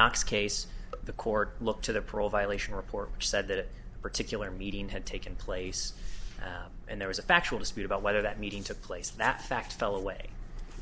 knox case the court looked to the parole violation report which said that particular meeting had taken place and there was a factual dispute about whether that meeting took place that fact fell away